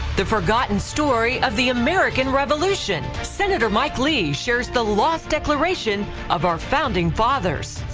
the forgotten story of the american revolution. senator mike lee shares the lost declaration of our founding fathers.